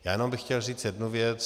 Já jenom bych chtěl říct jednu věc.